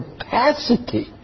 capacity